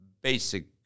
basic